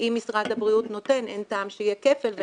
אם משרד הבריאות נותן אין טעם שיהיה כפל.